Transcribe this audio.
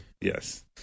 yes